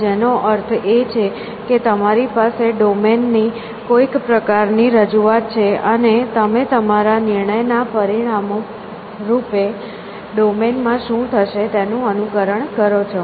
જેનો અર્થ એ છે કે તમારી પાસે ડોમેન ની કોઈક પ્રકારની રજૂઆત છે અને તમે તમારા નિર્ણયના પરિણામો રૂપે ડોમેન માં શું થશે તેનું અનુકરણ કરો છો